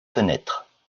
fenêtres